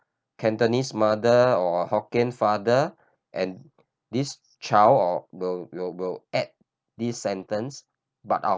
Cantonese mother or Hokkien father and this child or will will will add this sentence but I'll